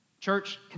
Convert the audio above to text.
church